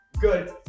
Good